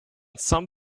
some